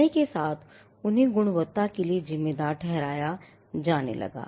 समय के साथ उन्हें गुणवत्ता के लिए जिम्मेदार ठहराया जाने लगा